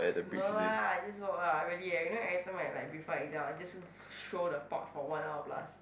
and no lah I just walk lah really eh you know every time right like before exam I'll just show the park for one hour plus